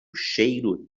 cheiro